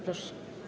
Proszę.